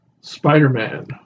Spider-Man